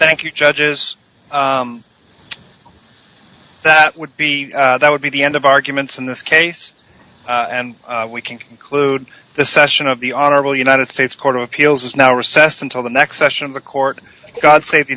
thank you judges that would be that would be the end of arguments in this case and we can conclude the session of the honorable united states court of appeals is now recess until the next session of the court god save the